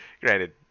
Granted